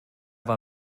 war